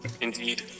Indeed